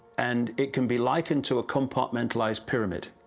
and it can be likened to a compartmentalized pyramid.